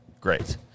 Great